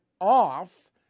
off